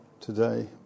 today